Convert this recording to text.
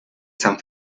san